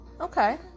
Okay